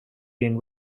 been